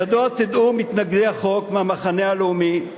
ידוע תדעו, מתנגדי החוק מהמחנה הלאומי,